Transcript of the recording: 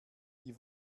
die